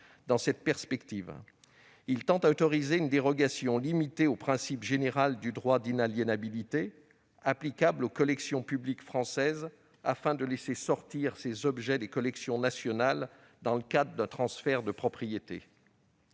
dans cette perspective. Il entend également autoriser une dérogation limitée au principe général d'inaliénabilité applicable aux collections publiques françaises, afin de laisser sortir ces objets des collections nationales dans le cadre d'un transfert de propriété.